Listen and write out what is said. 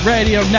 Radio